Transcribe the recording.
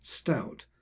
stout